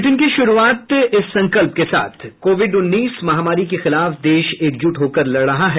bulletin की शुरूआत से पहले ये संकल्प कोविड उन्नीस महामारी के खिलाफ देश एकजुट होकर लड़ रहा है